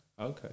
Okay